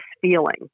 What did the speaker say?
feeling